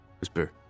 whisper